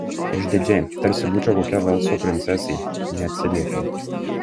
išdidžiai tarsi būčiau kokia velso princesė neatsiliepiau